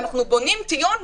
אנחנו בונים טיעון,